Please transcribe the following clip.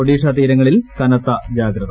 ഒഡീഷ തീരങ്ങളിൽ കനത്ത് ജാഗ്രത